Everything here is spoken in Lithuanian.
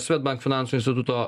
swedbank finansų instituto